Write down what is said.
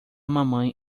mamãe